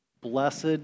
blessed